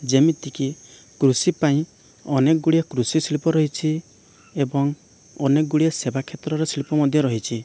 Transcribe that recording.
ଯେମିତିକି କୃଷି ପାଇଁ ଅନେକଗୁଡ଼ିଏ କୃଷି ଶିଳ୍ପ ରହିଛି ଏବଂ ଅନେକଗୁଡ଼ିଏ ସେବା କ୍ଷେତ୍ରର ଶିଳ୍ପ ମଧ୍ୟ ରହିଛି